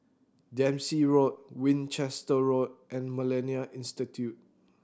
Dempsey Road Winchester Road and Millennia Institute